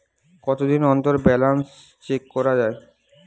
কতদিন অন্তর balance check করা য়ায়?